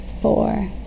four